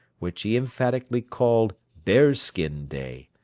which he emphatically called bear-skin day.